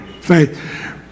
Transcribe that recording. faith